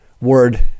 word